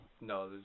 No